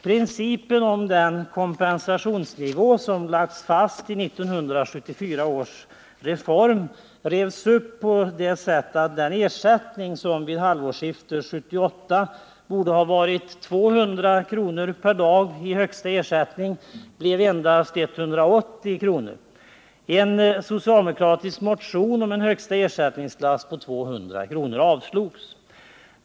Principen beträffande den kompensationsnivå som fastställdes i 1974 års reform eliminerades, så att den ersättning som vid halvårsskiftet 1978 borde ha varit 200 kr. per dag vid högsta ersättning i stället blev endast 180 kr. En socialdemokratisk motion om en högsta ersättning på 200 kr. avslogs.